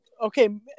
okay